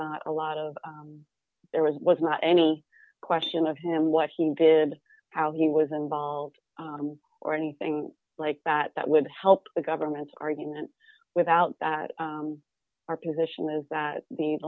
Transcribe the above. not a lot of there was was not any question of him what he did how he was involved or anything like that that would help the government's argument without that our position is that the